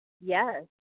Yes